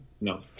No